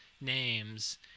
names